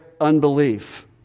unbelief